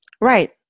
Right